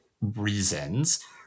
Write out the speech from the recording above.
reasons